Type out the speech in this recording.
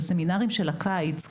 בסמינרים של הקיץ,